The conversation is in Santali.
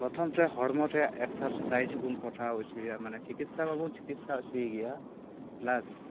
ᱯᱨᱚᱛᱷᱚᱢᱨᱮ ᱦᱚᱲᱢᱚ ᱨᱮᱭᱟᱜ ᱮᱠᱥᱟᱨᱥᱟᱭᱤᱡᱽᱵᱚᱱ ᱠᱚᱨᱟᱣ ᱚᱪᱚᱭᱮᱭᱟ ᱢᱟᱱᱮ ᱪᱤᱠᱤᱛᱥᱟᱦᱚᱸ ᱵᱚᱱ ᱪᱤᱠᱤᱛᱥᱟ ᱚᱪᱚᱭᱮ ᱜᱮᱭᱟ ᱯᱞᱟᱥ